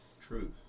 truth